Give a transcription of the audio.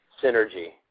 synergy